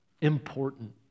important